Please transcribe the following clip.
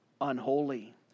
unholy